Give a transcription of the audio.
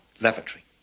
Lavatory